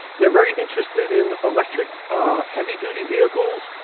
they're very interested in electric heavy duty vehicles.